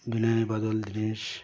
Binoy Badal Dinesh